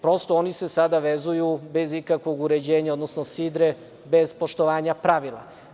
Prosto oni se sada vezuju bez ikakvog uređenja, odnosno sidre bez poštovanja pravila.